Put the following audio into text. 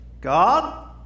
God